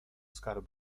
skarbem